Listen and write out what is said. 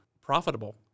profitable